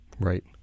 right